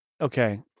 okay